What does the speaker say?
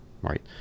right